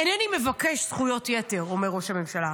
אינני מבקש זכויות יתר, אומר ראש הממשלה,